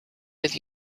with